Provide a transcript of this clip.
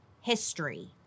history